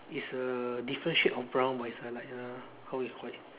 is a different shade of brown but it's a like a how you call it